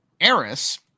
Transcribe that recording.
Eris –